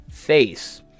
face